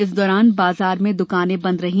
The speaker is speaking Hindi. इस दौरान बाजार में द्काने बंद रहीं